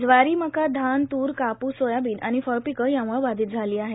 ज्वारी मका धान तूर कापूस सोयाबीन आणि फळपिकं याम्ळे बाधित झाली आहेत